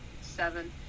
seven